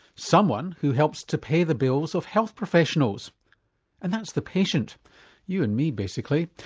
someone who helps to pay the bills of health professionals and that's the patient you and me basically.